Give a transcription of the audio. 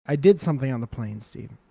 i did something on the plane steve.